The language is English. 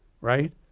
right